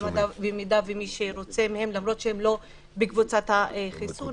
במידה ומישהו מהם רוצה למרות שהם לא בקבוצת הסיכון,